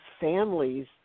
families